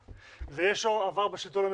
ויש לו עבר בשלטון המקומי,